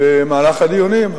במהלך הדיונים.